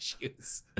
issues